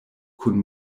kun